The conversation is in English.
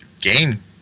game